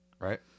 right